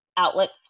outlets